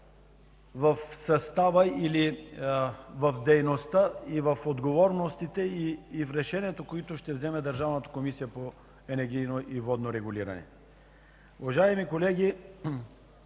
в състава, дейността, отговорностите и решенията, които ще взема Държавната комисия по енергийно и водно регулиране. Уважаеми колеги,